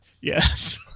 Yes